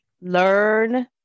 learn